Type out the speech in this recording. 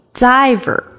diver，